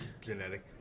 Genetic